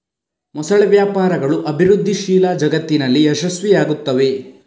ಮೊಸಳೆ ವ್ಯಾಪಾರಗಳು ಅಭಿವೃದ್ಧಿಶೀಲ ಜಗತ್ತಿನಲ್ಲಿ ಯಶಸ್ವಿಯಾಗುತ್ತವೆ